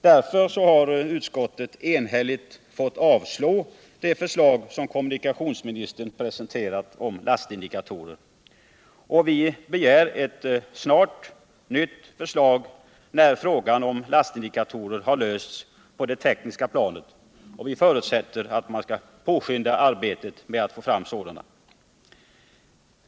Därför har utskottet enhälligt fått avstyrka det förslag som kommunikationsministern presenterat om lastindikatorer. Vi begär ett nytt förslag, när frågan om lastindikatorer har lösts på det tekniska planet. Vi förutsätter att man skall påskynda arbetet för att få fram sådana.